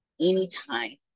anytime